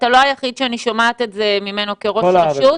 אתה לא היחיד שאני שומעת את זה ממנו כראש רשות,